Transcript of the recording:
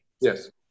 Yes